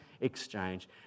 exchange